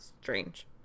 strange